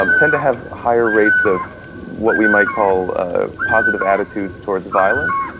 um tend to have higher rates of what we might call ah positive attitudes towards violence,